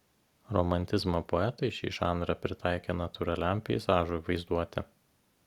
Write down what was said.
romantizmo poetai šį žanrą pritaikė natūraliam peizažui vaizduoti